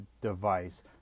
device